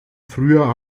früher